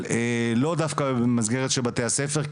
אבל לא דווקא במסגרת של בתי הספר,